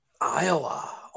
Iowa